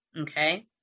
okay